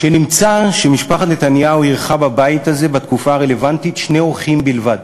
כשנמצא שמשפחת נתניהו אירחה בבית הזה בתקופה הרלוונטית שני אורחים בלבד.